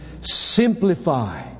Simplify